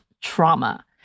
trauma